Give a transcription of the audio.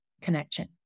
connection